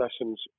lessons